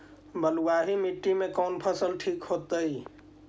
बलुआही मिट्टी में कौन फसल ठिक होतइ?